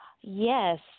yes